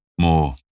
more